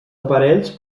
aparells